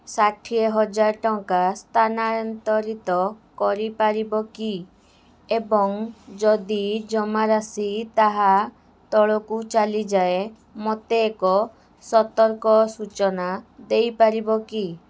ଷାଠିଏ ହଜାର ଟଙ୍କା ସ୍ଥାନାନ୍ତରିତ କରିପାରିବ କି ଏବଂ ଯଦି ଜମାରାଶି ତାହା ତଳକୁ ଚାଲିଯାଏ ମୋତେ ଏକ ସତର୍କ ସୂଚନା ଦେଇପାରିବ କି